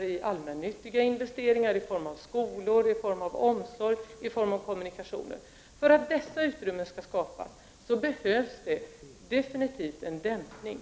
och allmännyttiga investeringar i form av skolor, omsorg och kommunikationer. För att dessa utrymmen skall skapas behövs det definitivt en dämpning.